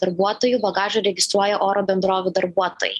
darbuotojų bagažą registruoja oro bendrovių darbuotojai